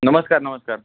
नमस्कार नमस्कार